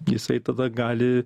jisai tada gali